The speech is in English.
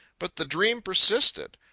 but the dream persisted.